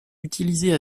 utilisées